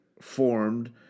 formed